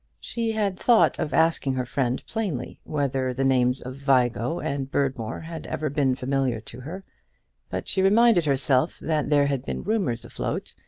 she had thought of asking her friend plainly whether the names of vigo and berdmore had ever been familiar to her but she reminded herself that there had been rumours afloat,